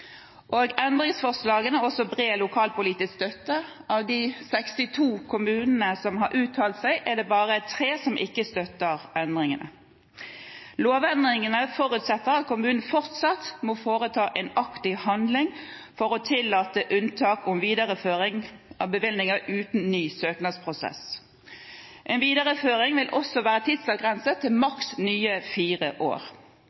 Endringsforslagene har også bred lokalpolitisk støtte. Av de 62 kommunene som har uttalt seg, er det bare 3 som ikke støtter endringene. Lovendringene forutsetter at kommunene fortsatt må foreta en aktiv handling for å tillate unntak om videreføring av bevillinger uten ny søknadsprosess. En videreføring vil også være tidsavgrenset til maks nye fire år.